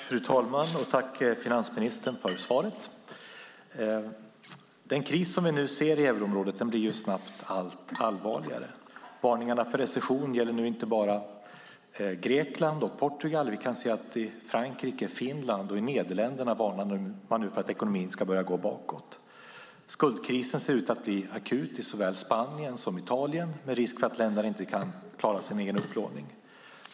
Fru talman! Jag vill tacka finansministern för svaret. Den kris som vi nu ser i euroområdet blir snabbt allt allvarligare. Varningarna för recession gäller nu inte bara Grekland och Portugal. I Frankrike, Finland och Nederländerna varnar man nu för att ekonomin ska börja gå bakåt. Skuldkrisen ser ut att bli akut i såväl Spanien som Italien med risk för att länderna inte kan klara sin egen upplåning.